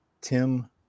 Tim